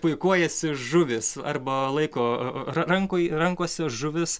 puikuojasi žuvys arba laiko rankoj rankose žuvis